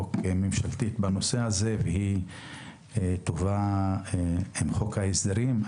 חוק ממשלתית בנושא הזה והיא תובא עם חוק ההסדרים.